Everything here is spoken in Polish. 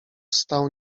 stał